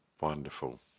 Wonderful